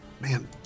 Man